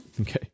Okay